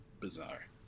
bizarre